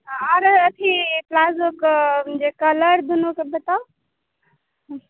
अरे अथी प्लाजोके जे कलर दुनूके भेटल